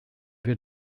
wir